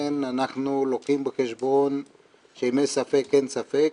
לכן אנחנו לוקחים בחשבון שאם יש ספק אין ספק.